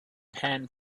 pan